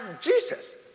Jesus